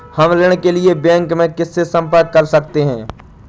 हम ऋण के लिए बैंक में किससे संपर्क कर सकते हैं?